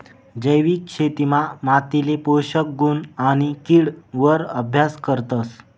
जैविक शेतीमा मातीले पोषक गुण आणि किड वर अभ्यास करतस